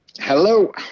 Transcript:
hello